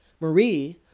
marie